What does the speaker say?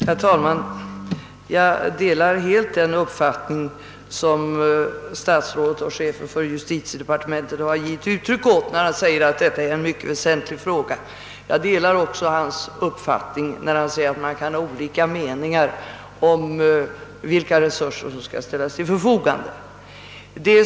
Herr talman! Jag delar helt den uppfattning som statsrådet och chefen för justitiedepartementet ger uttryck åt när han framhåller att detta är en mycket väsentlig fråga. Jag delar också hans uppfattning när han säger att man kan ha olika meningar om vilka resurser som skall ställas till förfogande.